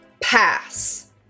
pass